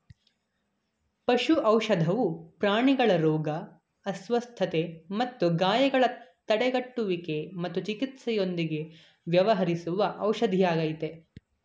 ಪಶು ಔಷಧವು ಪ್ರಾಣಿಗಳ ರೋಗ ಅಸ್ವಸ್ಥತೆ ಮತ್ತು ಗಾಯಗಳ ತಡೆಗಟ್ಟುವಿಕೆ ಮತ್ತು ಚಿಕಿತ್ಸೆಯೊಂದಿಗೆ ವ್ಯವಹರಿಸುವ ಔಷಧಿಯಾಗಯ್ತೆ